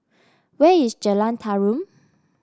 where is Jalan Tarum